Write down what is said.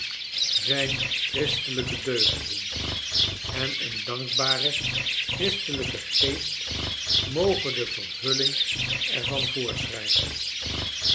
zijn christelijke deugden en een dankbare christelijke geest moge de vervulling er van voorschrijven